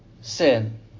sin